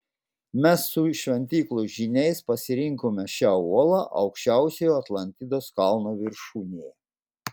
mes su šventyklos žyniais pasirinkome šią uolą aukščiausiojo atlantidos kalno viršūnėje